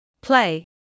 Play